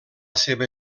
seva